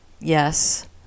Yes